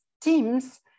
teams